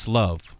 love